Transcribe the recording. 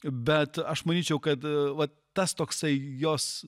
bet aš manyčiau kad vat tas toksai jos